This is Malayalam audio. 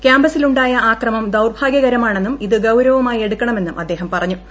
ക്യാമ്പസിലുണ്ടായ അക്രമം ദൌർഭാഗൃക്കർമാണെന്നും ഇത് ഗൌരവമായി എടുക്കണമെന്നും അദ്ദേഹം പറഞ്ഞു്